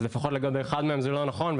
אז לפחות לגבי אחד מהם זה לא נכון,